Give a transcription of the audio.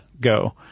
go